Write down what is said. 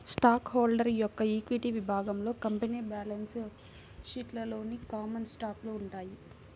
stock holder యొక్క equity విభాగంలో company balance షీట్లోని కామన్ స్టాకులు ఉంటాయి